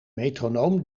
metronoom